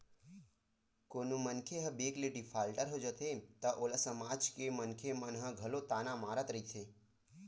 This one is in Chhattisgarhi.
कोनो मनखे ह बेंक ले डिफाल्टर हो जाथे त ओला समाज के मनखे मन ह घलो ताना मारत रहिथे